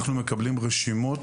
אנחנו מקבלים רשימות,